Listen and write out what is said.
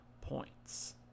points